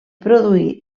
produir